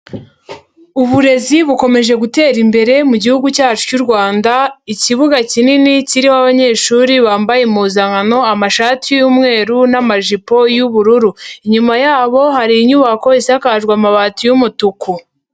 Uburezi bukomeje gutera imbere mu gihugu cyacu cy'u Rwanda, ikibuga kinini kiriho abanyeshuri bambaye impuzankano, amashati y'umweru n'amajipo y'ubururu. Inyuma yabo hari inyubako isakajwe amabati y'umutuku.